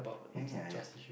ya ya ya